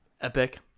Epic